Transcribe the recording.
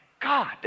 God